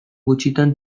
gutxitan